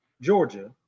Georgia